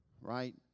right